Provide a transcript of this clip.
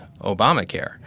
Obamacare